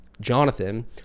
Jonathan